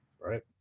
Right